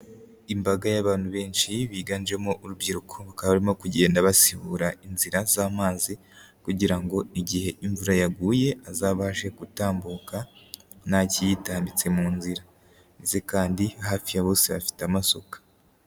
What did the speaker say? Imbaga y'abantu benshi biganjemo urubyiruko, bakaba barimo kugenda basibura inzira z'amazi kugira ngo igihe imvura yaguye azabashe gutambuka nta kiyitambitse mu nzira ndetse kandi hafi ya bose bafite amasuka.